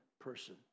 person